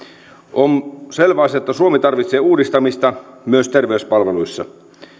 on selvä asia että suomi tarvitsee uudistamista myös terveyspalveluissa